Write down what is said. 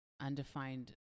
undefined